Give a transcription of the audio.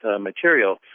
material